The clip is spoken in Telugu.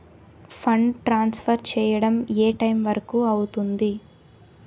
ఫండ్ ట్రాన్సఫర్ చేయడం ఏ టైం వరుకు అవుతుంది?